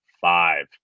five